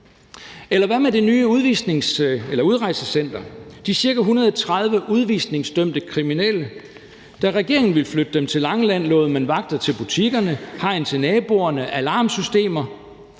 Eller hvad med det nye udrejsecenter, de cirka 130 udvisningsdømte kriminelle? Da regeringen ville flytte dem til Langeland, lovede man vagter til butikkerne, hegn til naboerne, alarmsystemer,